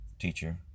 teacher